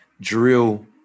drill